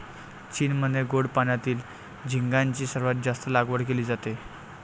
चीनमध्ये गोड पाण्यातील झिगाची सर्वात जास्त लागवड केली जाते